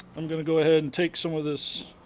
i'm gonna go ahead and take some of this